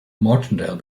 martindale